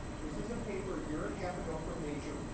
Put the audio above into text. this is a paper, a year and a half ago from nature,